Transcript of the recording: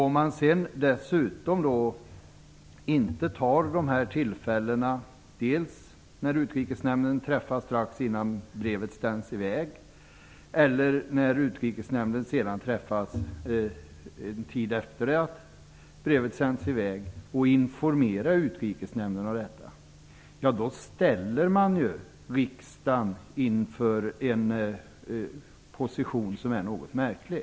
Om man sedan dessutom inte tar tillfället i akt och informerar Utrikesnämnden om detta, vare sig då Utrikesnämnden träffas strax innan brevet sänds i väg eller då Utrikesnämnden träffas en tid efter det att brevet sänts i väg, ställer man riksdagen i en position som är något märklig.